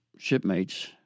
shipmates